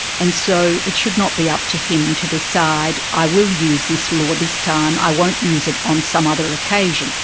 and so it should not be up to him to decide i will use this law this time i won't use it on some other occasion.